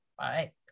right